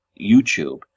YouTube